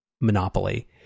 monopoly